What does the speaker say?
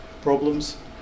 problems